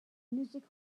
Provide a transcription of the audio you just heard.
music